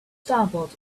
stumbled